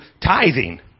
tithing